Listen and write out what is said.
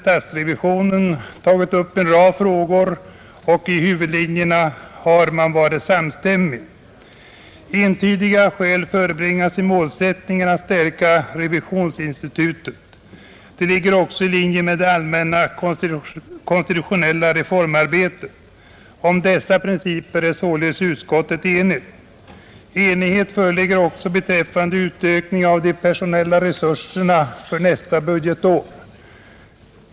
Uppgift, organisation och verksamhet) tagit upp en rad frågor och i huvudlinjerna varit samstämmig. Entydiga skäl förebringas i målsättningen att stärka revisionsinstitutet. Detta ligger också i linje med det allmänna konstitutionella reformarbetet. Om dessa principer är utskottet enigt. Enighet föreligger också beträffande utökning av de personella resurserna för nästa budgetår.